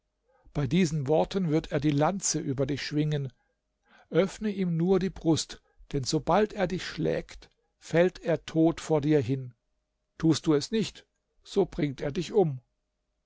bei diesen worten wird er die lanze über dich schwingen öffne ihm nur die brust denn sobald er dich schlägt fällt er tot vor dir hin tust du es nicht so bringt er dich um